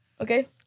Okay